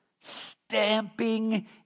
Stamping